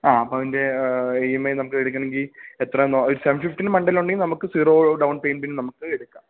ആ അപ്പോള് അതിൻ്റെ ഇ എം ഐ നമുക്ക് എടുക്കുകയാണെങ്കില് എത്രയാണോ ഒരു സെവൻ ഫിഫ്റ്റീന്റെ മുകളിലുണ്ടെങ്കില് നമുക്ക് സീറോ ഡൌൺ പേമെൻ്റിന് നമുക്ക് എടുക്കാം